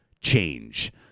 change